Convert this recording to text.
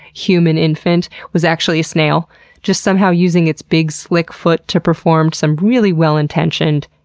human infant was actually a snail just somehow using its big, slick foot to perform some really well-intentioned,